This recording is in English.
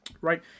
right